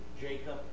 Jacob